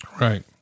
Right